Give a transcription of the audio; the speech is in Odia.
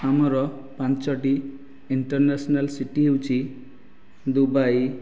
ଆମର ପାଞ୍ଚଟି ଇଣ୍ଟରନ୍ୟାଶନାଲ ସିଟି ହେଉଛି ଦୁବାଇ